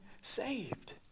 saved